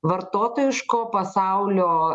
vartotojiško pasaulio